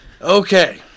Okay